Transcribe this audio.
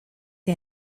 die